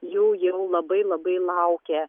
jų jau labai labai laukė